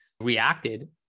reacted